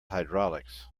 hydraulics